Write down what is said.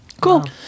Cool